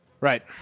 right